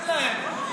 תן להם.